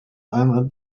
einmal